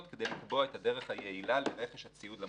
כדי לקבוע את הדרך היעילה לרכש הציוד למוסדות.